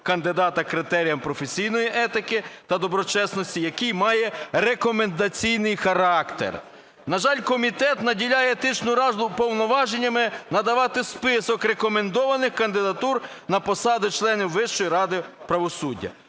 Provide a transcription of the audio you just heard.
кандидата критеріям професійної етики та доброчесності, який має рекомендаційний характер. На жаль, комітет наділяє Етичну раду повноваженнями надавати список рекомендованих кандидатур на посади членів Вищої ради правосуддя.